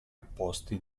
opposti